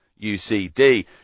UCD